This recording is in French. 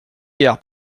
guère